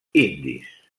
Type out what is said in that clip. indis